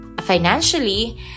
financially